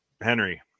Henry